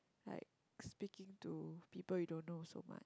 like speaking to people you don't know so much